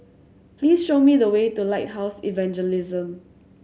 please show me the way to Lighthouse Evangelism